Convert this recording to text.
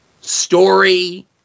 story